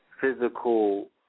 physical